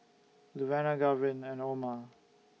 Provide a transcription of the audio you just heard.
Luvenia Garvin and Oma